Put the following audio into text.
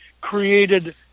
created